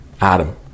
Adam